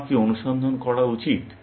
আমার কি অনুসন্ধান করা উচিত